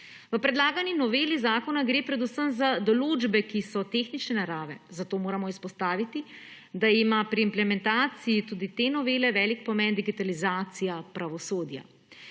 V predlagani noveli zakona gre predvsem za določbe, ki so tehnične narave, zato moramo izpostaviti, da ima pri implementaciji tudi te novele velik pomen digitalizacija pravosodja.